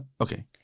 Okay